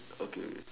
okay